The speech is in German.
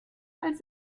als